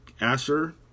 Asher